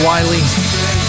Wiley